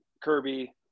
kirby